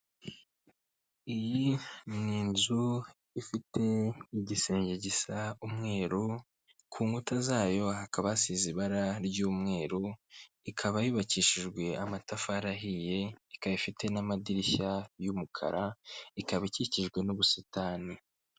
Iyi ni inzu ifite igisenge gisa umweru ku nkuta zayo hakaba hasize ibara ry'umweru, ikaba yubakishijwe amatafari ahiye, ikaba ifite n'amadirishya y'umukara, ikaba ikikijwe n'ubusitani.